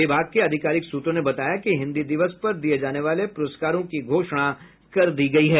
विभाग के आधिकारिक सूत्रों ने बताया कि हिन्दी दिवस पर दिये जाने वाले पुरस्कारों की घोषणा हो चुकी है